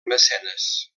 mecenes